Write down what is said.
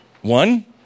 One